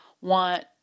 want